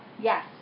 Yes